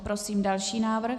Prosím další návrh.